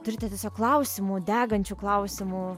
turite tiesiog klausimų degančių klausimų